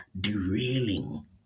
derailing